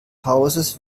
hauses